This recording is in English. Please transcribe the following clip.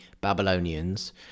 Babylonians